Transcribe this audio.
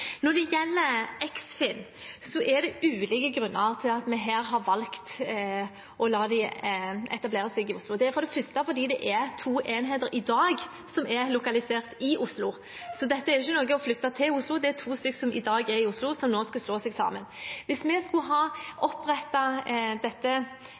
Når det gjelder Eksfin, er det ulike grunner til at vi har valgt å la dem etablere seg i Oslo. Det er for det første fordi det er to enheter som i dag er lokalisert i Oslo. Dette er jo ikke å flytte noe til Oslo. Det er to organer som i dag er i Oslo, som nå skal slå seg sammen. Hvis vi skulle ha